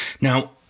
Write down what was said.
Now